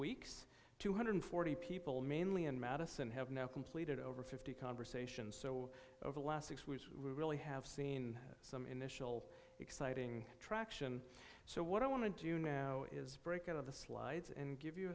weeks two hundred and forty people mainly in madison have now completed over fifty conversations so over the last six weeks we really have seen some initial exciting traction so what i want to do now is break out of the slides and give you